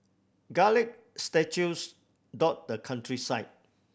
garlic statues dot the countryside